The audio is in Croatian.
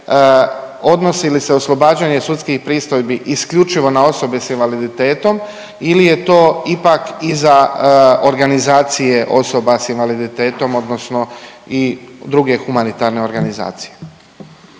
odnosi li se oslobađanje sudskih pristojbi isključivo na osobe s invaliditetom ili je to ipak i za organizacije osoba s invaliditetom odnosno i druge humanitarne organizacije.